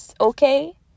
okay